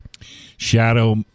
Shadow